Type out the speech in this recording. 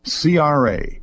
CRA